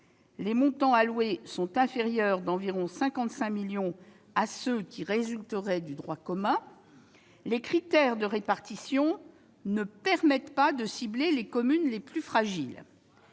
les montants alloués sont inférieurs d'environ 55 millions d'euros à ceux qui résulteraient du droit commun et les critères de répartition ne permettent pas de cibler les communes les plus fragiles.